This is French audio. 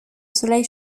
soleil